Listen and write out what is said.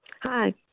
Hi